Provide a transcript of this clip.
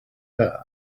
que